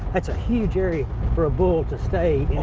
that's a huge area for a bull to stay in.